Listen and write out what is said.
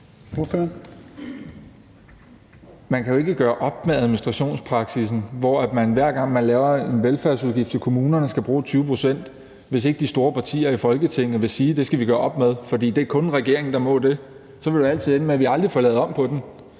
Man kan jo ikke gøre op med administrationspraksissen, hvor man, hver gang man laver en velfærdsudgift for kommunerne, skal bruge 20 pct., hvis ikke de store partier i Folketinget vil sige, at det skal vi gøre op med, for det er kun regeringen, der må det. Så vil det jo altid ende med, at vi aldrig får lavet om på den.